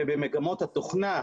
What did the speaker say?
ובמגמות התוכנה,